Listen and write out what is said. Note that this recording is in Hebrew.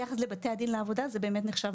ביחס לבתי הדין לעבודה זה באמת נחשב